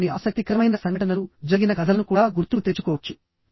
మీరు కొన్ని ఆసక్తికరమైన సంఘటనలు జరిగిన కథలను కూడా గుర్తుకు తెచ్చుకోవచ్చు